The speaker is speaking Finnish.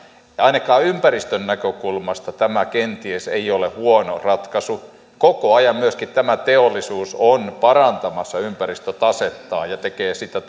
tämä ainakaan ympäristön näkökulmasta tämä kenties ei ole huono ratkaisu koko ajan myöskin tämä teollisuus on parantamassa ympäristötasettaan ja tekee sitä